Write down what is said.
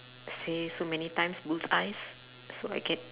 say so many time bullseye's so I get